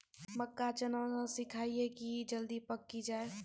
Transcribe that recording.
मक्का चना सिखाइए कि जल्दी पक की जय?